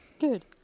good